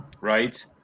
right